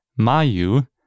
Mayu